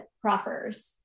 proffers